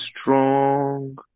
strong